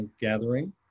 gathering